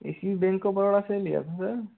इसी bank of Baroda से लिया था सर